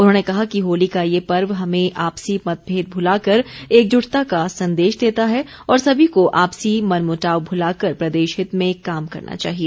उन्होंने कहा कि होली का ये पर्व हमें आपसी मतभेद भुलाकर एकजुटता का संदेश देता है और सभी को आपसी मनमुटाव भुलाकर प्रदेश हित में काम करना चाहिए